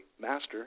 master